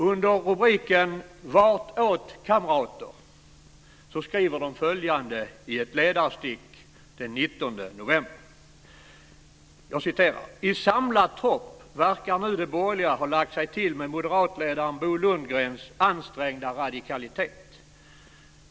Under rubriken "Vartåt kamrater" skriver de följande i ett ledarstick den 19 november: I samlad tropp verkar nu de borgerliga ha lagt sig till med moderatledaren Bo Lundgrens ansträngda radikalitet.